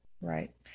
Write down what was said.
Right